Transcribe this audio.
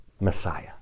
Messiah